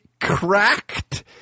cracked